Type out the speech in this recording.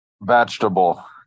Vegetable